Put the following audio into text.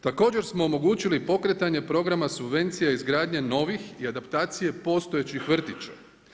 Također smo omogućili pokretanje programa subvencija izgradnje novih i adaptacije postojećih vrtića.